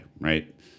right